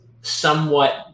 somewhat